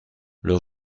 leur